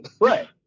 Right